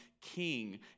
king